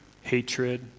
hatred